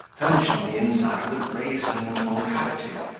furnished on the inside with a brazen concavity,